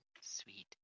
Sweet